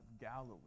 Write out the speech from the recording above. Galilee